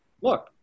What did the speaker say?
Look